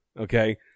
okay